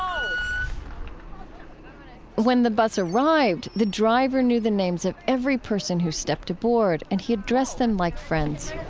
um when the bus arrived, the driver knew the names of every person who stepped aboard, and he addressed them like friends